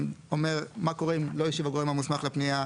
שאומר מה קורה אם לא השיב הגורם המוסמך לפנייה